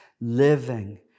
living